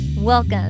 Welcome